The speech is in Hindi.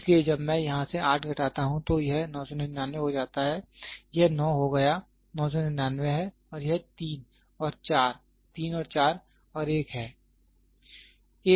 इसलिए जब मैं यहाँ से 8 घटाता हूँ तो यह 999 हो जाता है यह 9 हो गया 999 है और यह 3 और 4 3 और 4 और एक है एक और यहाँ तो यह 999 हो सकता है